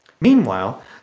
Meanwhile